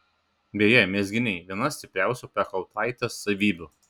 beje mezginiai viena stipriausių piekautaitės savybių